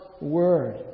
word